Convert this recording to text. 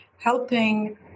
helping